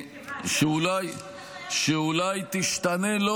שאולי תשתנה ------ אחר?